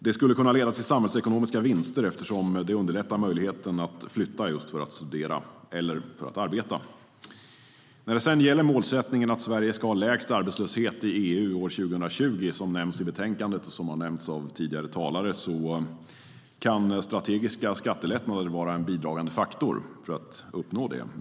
Det skulle kunna leda till samhällsekonomiska vinster eftersom det underlättar möjligheten att flytta för att studera eller arbeta. När det gäller målsättningen att Sverige ska ha lägst arbetslöshet i EU år 2020, som nämns i betänkandet och som har nämnts av tidigare talare, kan strategiska skattelättnader vara en bidragande faktor.